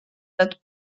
that